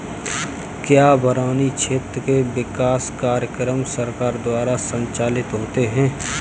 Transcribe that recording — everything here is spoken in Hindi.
क्या बरानी क्षेत्र के विकास कार्यक्रम सरकार द्वारा संचालित होते हैं?